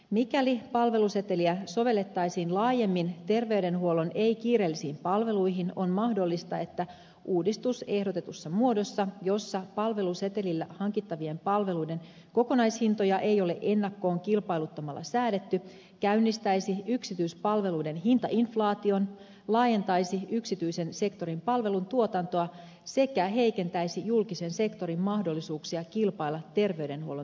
mikäli palveluseteliä sovellettaisiin laajemmin terveydenhuollon ei kiireellisiin palveluihin on mahdollista että uudistus ehdotetussa muodossa jossa palvelusetelillä hankittavien palveluiden kokonaishintoja ei ole ennakkoon kilpailuttamalla säädetty käynnistäisi yksityispalveluiden hintainflaation laajentaisi yksityisen sektorin palvelun tuotantoa sekä heikentäisi julkisen sektorin mahdollisuuksia kilpailla terveydenhuollon työvoimasta